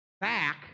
back